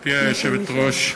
גברתי היושבת-ראש,